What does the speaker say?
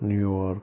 New York